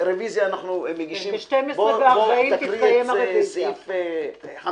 ב-12:40 תתקיים הרביזיה.